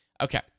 Okay